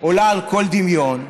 עולה על כל דמיון.